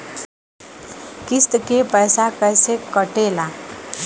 किस्त के पैसा कैसे कटेला?